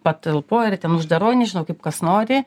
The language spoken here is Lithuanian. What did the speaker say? patalpoj ir ten uždaroj nežinau kaip kas nori